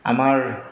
আমাৰ